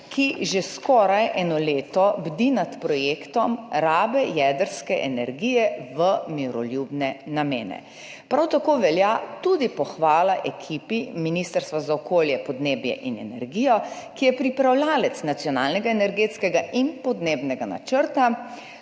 ki že skoraj eno leto bdi nad projektom rabe jedrske energije v miroljubne namene. Prav tako velja tudi pohvala ekipi Ministrstva za okolje, podnebje in energijo, ki je pripravljavec nacionalnega energetskega in podnebnega načrta,